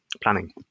planning